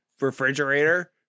refrigerator